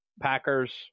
Packers